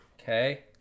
Okay